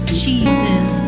cheeses